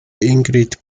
ingrid